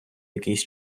якийсь